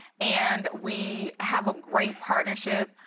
and we have a great partnership,